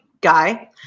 guy